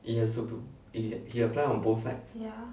ya